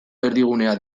erdigunea